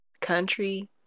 country